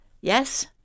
Yes